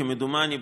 כמדומני,